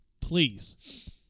Please